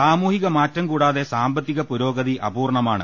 സാമൂഹിക മാറും കൂടാതെ സാമ്പത്തിക പുരോഗതി അപൂർണ്ണമാണ്